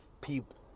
people